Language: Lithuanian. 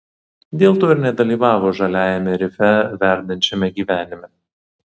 dėl to ir nedalyvavo žaliajame rife verdančiame gyvenime